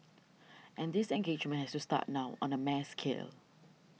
and this engagement has to start now on a mass scale